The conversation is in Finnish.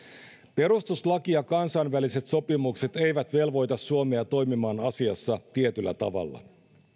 perustuslaki ja kansainväliset sopimukset eivät velvoita suomea toimimaan asiassa tietyllä tavalla